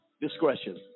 Discretion